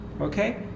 Okay